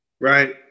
Right